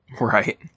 Right